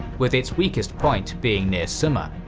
with its weakest point being near summa.